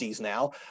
now